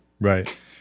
Right